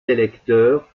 électeurs